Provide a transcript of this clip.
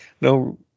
no